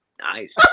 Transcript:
Nice